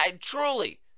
Truly